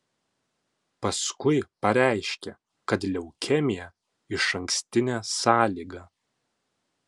paskui pareiškė kad leukemija išankstinė sąlyga